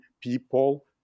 people